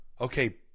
Okay